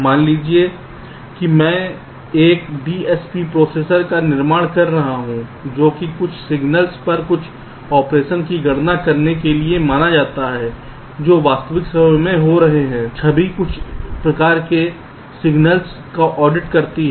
मान लीजिए कि मैं एक DSP प्रोसेसर का निर्माण कर रहा हूं जो कि कुछ सिग्नल्स पर कुछ ऑपरेशन की गणना करने के लिए माना जाता है जो वास्तविक समय में आ रहे हैं छवि कुछ प्रकार के सिग्नल्स का ऑडिट करती है